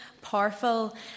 powerful